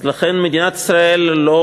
לכן מדינת ישראל לא